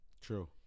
True